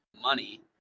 money